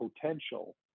potential